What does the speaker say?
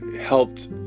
helped